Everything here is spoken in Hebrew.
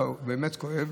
באמת כואב: